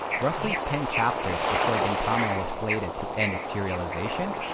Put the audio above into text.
roughly ten chapters before gintama was slated to end its serialization,